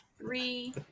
Three